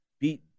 beat